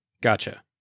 Gotcha